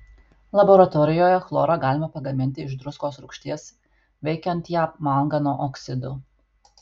laboratorijoje chlorą galima pagaminti iš druskos rūgšties veikiant ją mangano oksidu